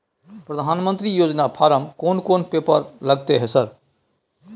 प्रधानमंत्री योजना फारम कोन कोन पेपर लगतै है सर?